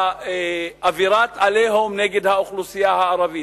מאווירת "עליהום" נגד האוכלוסייה הערבית,